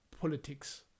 politics